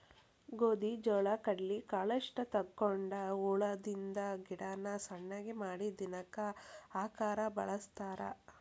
ಗೋದಿ ಜೋಳಾ ಕಡ್ಲಿ ಕಾಳಷ್ಟ ತಕ್ಕೊಂಡ ಉಳದಿದ್ದ ಗಿಡಾನ ಸಣ್ಣಗೆ ಮಾಡಿ ದನಕ್ಕ ಹಾಕಾಕ ವಳಸ್ತಾರ